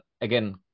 again